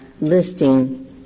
listing